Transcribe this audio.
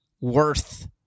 worth